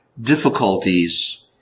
difficulties